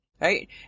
right